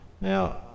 Now